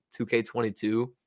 2K22